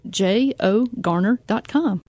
jogarner.com